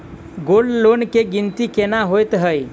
Gold loan केँ गिनती केना होइ हय?